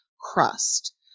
crust